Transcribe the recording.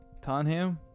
Tonham